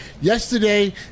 Yesterday